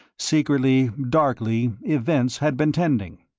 secretly, darkly, events had been tending.